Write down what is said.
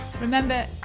Remember